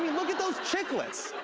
look at those chiclets.